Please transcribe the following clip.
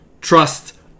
trust